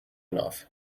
enough